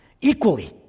equally